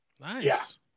Nice